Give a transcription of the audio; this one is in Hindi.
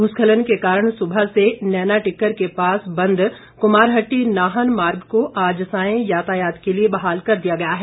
भूस्खनल के कारण सुबह से नैना टिक्कर के पास बंद कुमारहट्टी नाहन मार्ग को आज सांय यातायात के लिए बहाल कर दिया गया है